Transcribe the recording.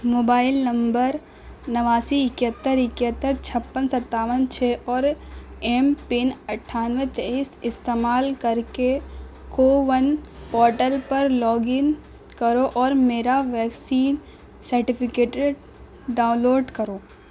mobile نواسی اکہتر اکہتر چھپن ستاون چھ اور ایم پن اٹھانوے تیئیس استعمال کر کے کوون پورٹل پر لاگ ان کرو اور میرا ویکسین سرٹیفکیٹڈ ڈاؤن لوڈ کرو